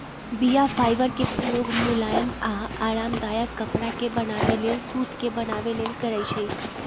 बीया फाइबर के प्रयोग मुलायम आऽ आरामदायक कपरा के बनाबे लेल सुत के बनाबे लेल करै छइ